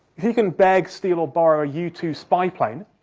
if you can beg, steal or borrow a u two spy plane,